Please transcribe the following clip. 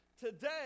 Today